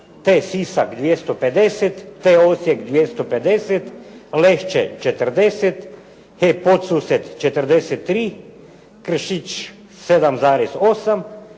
TE Sisak 250, TE Osijek 250, Lešće 40, TE Podsused 43, Kršić 7,8,